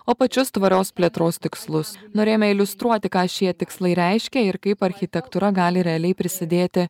o pačius tvarios plėtros tikslus norėjome iliustruoti ką šie tikslai reiškia ir kaip architektūra gali realiai prisidėti